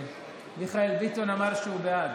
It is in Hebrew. מיכאל ביטון אמר שהוא בעד,